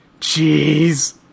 Jeez